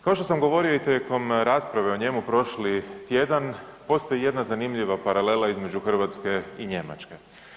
Kao što sam govorio i tijekom rasprave o njemu prošli tjedan, postoji jedna zanimljiva paralela između Hrvatske i Njemačke.